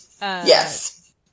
Yes